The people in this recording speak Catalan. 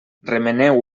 remeneu